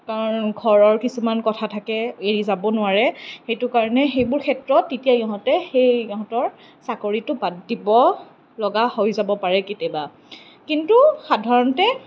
কাৰণ ঘৰৰ কিছুমান কথা থাকে এৰি যাব নোৱাৰে সেইটো কাৰণে সেইবোৰ ক্ষেত্ৰত তেতিয়া ইহঁতে সেই ইহঁতৰ চাকৰিটো বাদ দিব লগা হৈ যাব পাৰে কেতিয়াবা কিন্তু সাধাৰণতে